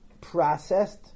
processed